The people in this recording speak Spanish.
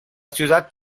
ciudad